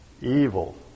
Evil